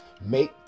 make